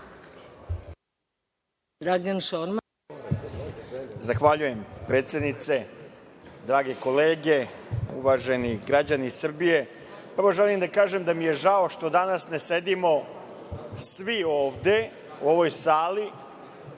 Zahvaljujem, predsednice. Drage kolege, uvaženi građani Srbije, želim da kažem da mi je žao što danas ne sedimo svi ovde u ovoj sali,